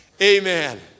Amen